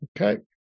Okay